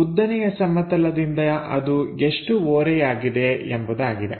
ಉದ್ದನೆಯ ಸಮತಲದಿಂದ ಅದು ಎಷ್ಟು ಓರೆಯಾಗಿದೆ ಎಂಬುದಾಗಿದೆ